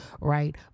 right